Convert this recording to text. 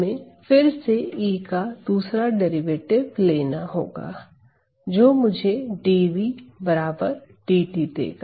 हमें फिर से E का दूसरा डेरिवेटिव लेना होगा जो मुझे dVdt देगा